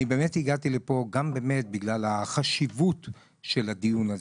אני באמת הגעתי לפה בגלל החשיבות של נושא הדיון הזה.